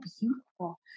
beautiful